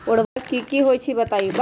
उर्वरक की होई छई बताई?